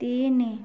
ତିନି